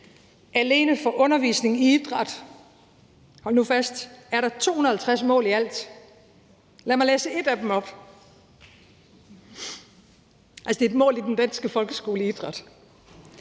Alene for undervisningen i idræt er der – hold nu fast – 250 mål i alt. Lad mig læse et af dem op – altså, det er et mål i den danske folkeskole